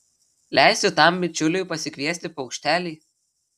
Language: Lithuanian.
leisti tam bičiuliui pasikviesti paukštelį